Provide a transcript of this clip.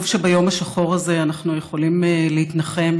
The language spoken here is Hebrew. טוב שביום השחור הזה אנחנו יכולים להתנחם